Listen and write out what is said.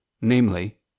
namely